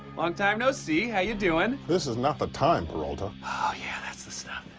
long time no see. how you doing? this is not the time, peralta. oh, yeah, that's the stuff.